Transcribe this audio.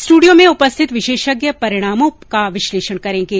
studio में उपस्थित विशेषज्ञ परिणामों का विश्लेषण करेंगे